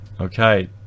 Okay